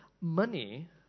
money